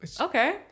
Okay